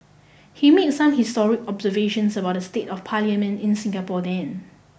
he made some historic observations about the state of parliament in Singapore then